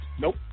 Nope